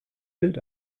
bild